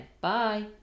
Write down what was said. Bye